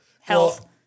health